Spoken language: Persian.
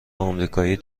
آمریکایی